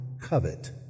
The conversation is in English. covet